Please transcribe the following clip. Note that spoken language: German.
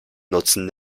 nutzen